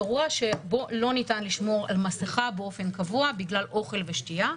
אירוע שבו לא ניתן לשמור על מסכה באופן קבוע בגלל אוכל ושתייה,